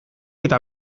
eta